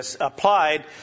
applied